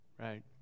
right